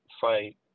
fight